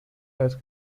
als